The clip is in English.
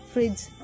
Fridge